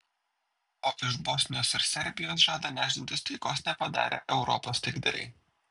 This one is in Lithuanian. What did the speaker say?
o iš bosnijos ir serbijos žada nešdintis taikos nepadarę europos taikdariai